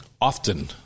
Often